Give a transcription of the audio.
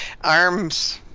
arms